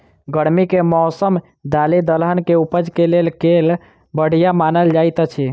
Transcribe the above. गर्मी केँ मौसम दालि दलहन केँ उपज केँ लेल केल बढ़िया मानल जाइत अछि?